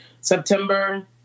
September